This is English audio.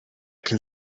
can